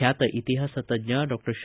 ಬ್ಯಾತ ಇತಿಹಾಸ ತಜ್ಜ ಡಾಕ್ಟರ್ ಷ